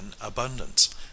abundance